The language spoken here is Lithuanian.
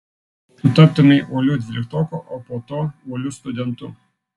tu taptumei uoliu dvyliktoku o po to uoliu studentu